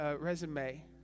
resume